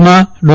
ભુજમાં ડો